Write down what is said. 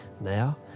Now